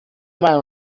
meinung